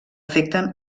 afecten